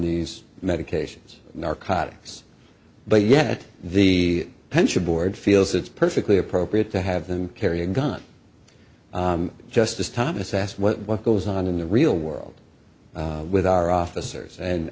these medications narcotics but yet the pension board feels it's perfectly appropriate to have them carry a gun justice thomas asked what goes on in the real world with our officers and